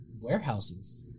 warehouses